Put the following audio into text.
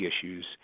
issues